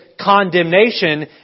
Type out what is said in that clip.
condemnation